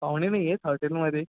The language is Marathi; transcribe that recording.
पाहुणे नाही आहेत हॉटेलमध्ये